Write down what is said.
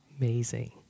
amazing